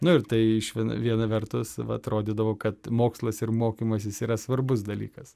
nu ir tai išvien viena vertus va atrodydavo kad mokslas ir mokymasis yra svarbus dalykas